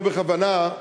לא בכוונה,